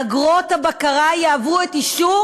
אגרות הבקרה יעברו את אישור